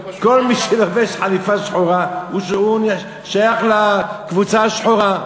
כל מי שלובש חליפה שחורה שייך לקבוצה השחורה,